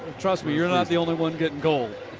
trust me, you're not the only one getting cold.